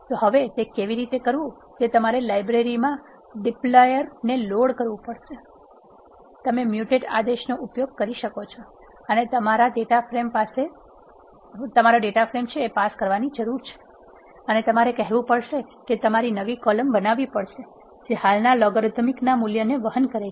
તો હવે તે કેવી રીતે કરવું તે તમારે લાઇબ્રેરી dplyr ને લોડ કરવું પડશે તમે મ્યુટેટ આદેશનો ઉપયોગ કરી શકો છો અને તમારે ડેટા ફ્રેમ પાસ કરવાની જરૂર છે અને તમારે કહેવું પડશે કે તમારે નવી કોલમ બનાવવી પડશે જે હાલના લોગરીધમ ના મૂલ્યોને વહન કરે છે